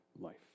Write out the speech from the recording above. life